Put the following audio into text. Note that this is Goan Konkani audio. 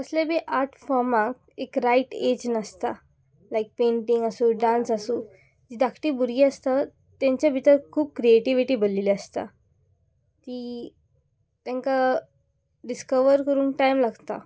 कसले बी आर्ट फॉर्माक एक रायट एज नासता लायक पेंटींग आसूं डांस आसूं जी धाकटी भुरगीं आसता तेंचे भितर खूब क्रिएटिविटी भरिल्ली आसता ती तांकां डिस्कवर करूंक टायम लागता